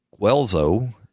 Guelzo